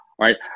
Right